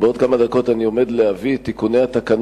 בעוד כמה דקות אני עומד להביא את תיקוני התקנון